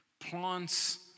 Plants